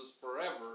forever